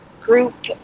group